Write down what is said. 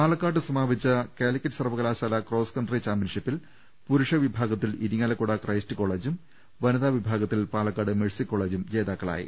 പാലക്കാട് സമാപിച്ച കാലിക്കറ്റ് സർവകലാശാല cross country ചാമ്പ്യൻഷിപ്പിൽ പുരുഷ വിഭാഗ ത്തിൽ ഇരിങ്ങാലക്കുട ക്രൈസ്റ്റ് കോളേജുംവനിതാപ വിഭാഗത്തിൽ പാലക്കാട് മേഴ്സി കോളേജും ജേതാക്കളായി